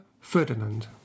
Ferdinand